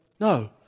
no